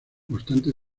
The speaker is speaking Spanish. constante